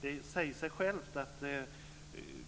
Det säger sig självt att man